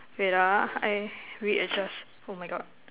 wait ah I readjust oh my God